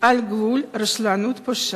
על גבול רשלנות פושעת,